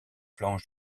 planches